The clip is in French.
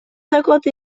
cinquante